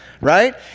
right